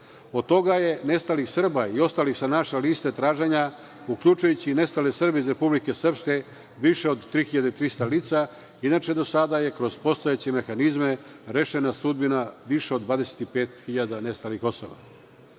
Od toga je nestalih Srba i ostalih sa naše liste traženja, uključujući i nestale Srbe iz Republike Srpske, više od 3.300 lica. Inače, do sada je kroz postojeće mehanizme rešena sudbina više od 25.000 nestalih osoba. Nije